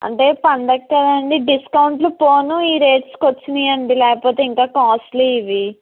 అంటే పండగ కదండి డిస్కౌంట్లు పోను ఈ రేట్స్కి వచ్చాయి అండి లేకపోతే ఇంకా కాస్ట్లీ ఇవి